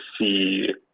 see